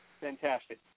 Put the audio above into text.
Fantastic